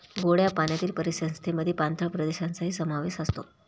गोड्या पाण्यातील परिसंस्थेमध्ये पाणथळ प्रदेशांचाही समावेश असतो